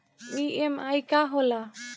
EMI का होला?